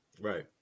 Right